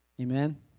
amen